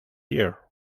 year